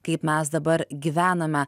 kaip mes dabar gyvename